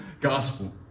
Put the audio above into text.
gospel